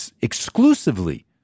exclusively